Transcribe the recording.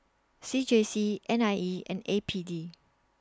C J C N I E and A P D